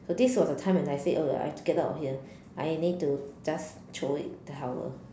so this was the time when I said oh I have to go out of here I need to just throw in the towel